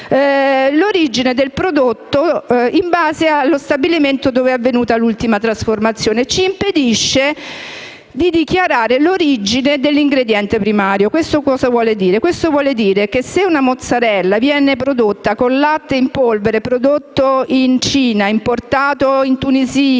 l'origine del prodotto solo in base allo stabilimento in cui è avvenuta l'ultima trasformazione e ci impedisce di dichiarare l'origine dell'ingrediente primario. Questo significa che se una mozzarella viene prodotta con latte in polvere prodotto in Cina, importato in Tunisia,